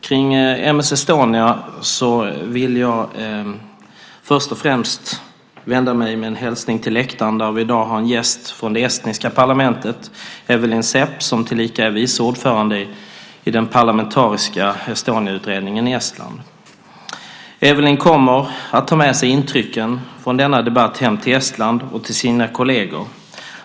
Kring M/S Estonia vill jag först och främst vända mig med en hälsning till läktaren, där vi i dag har en gäst från det estniska parlamentet. Det är Evelyn Sepp, som tillika är vice ordförande i den parlamentariska Estoniautredningen i Estland. Evelyn kommer att ta med sig intrycken från denna debatt hem till Estland och till sina kolleger.